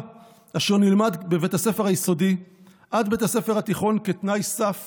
אשר נלמד בבית הספר היסודי עד בית הספר התיכון כתנאי סף